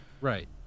right